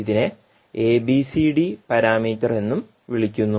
ഇതിനെ A B C D parameter എന്നും വിളിക്കുന്നു